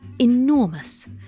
enormous